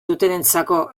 dutenentzako